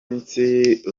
y’iminsi